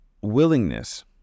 willingness